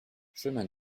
chemin